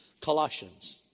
Colossians